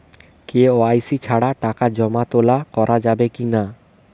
KYC ছাড়া টাকা জমা তোলা করা যাবে কি না?